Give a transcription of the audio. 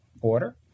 order